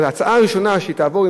זוהי הצעה ראשונה שתעבור,